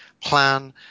plan